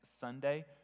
Sunday